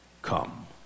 Come